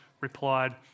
replied